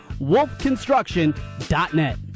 wolfconstruction.net